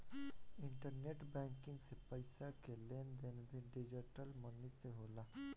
internet banking से पईसा कअ लेन देन भी डिजटल मनी से होला